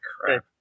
crap